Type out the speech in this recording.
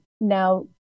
now